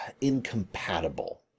incompatible